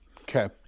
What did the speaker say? Okay